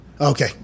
Okay